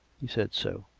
he said so.